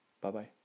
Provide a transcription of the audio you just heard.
Bye-bye